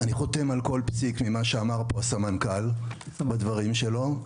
אני חותם על כל פסיק ממה שאמר פה הסמנכ"ל בדברים שלו.